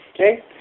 okay